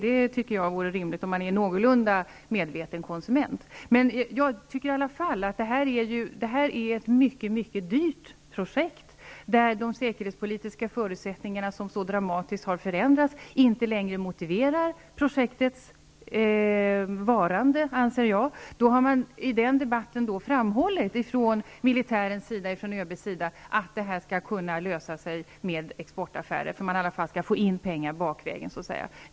Det borde vara rimligt för en någorlunda medveten konsument. Det här är ett mycket dyrt projekt, där de säkerhetspolitiska förusättningarna -- som så dramatiskt har förändrats -- inte längre motiverar projektets fortlevnad. I den debatten har militären, genom ÖB, framhållit att problemet skall lösas med hjälp av exportaffärer. Pengar skall komma in så att säga bakvägen.